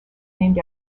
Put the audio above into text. named